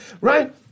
Right